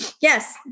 yes